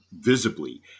visibly